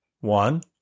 One